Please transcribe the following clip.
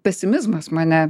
pesimizmas mane